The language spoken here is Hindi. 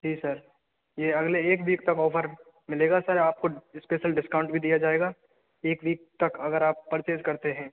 जी सर ये अगले एक वीक तक ऑफर मिलेगा सर आपको इस्पेशल डिस्काउंट भी दिया जायेगा एक वीक तक अगर आप परचेस करते है